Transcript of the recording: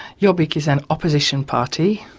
jobbik is an opposition party,